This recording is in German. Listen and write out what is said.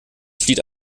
flieht